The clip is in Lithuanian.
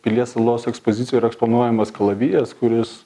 pilies salos ekspozicijoj yra eksponuojamas kalavijas kuris